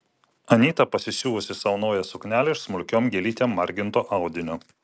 anyta pasisiuvusi sau naują suknelę iš smulkiom gėlytėm marginto audinio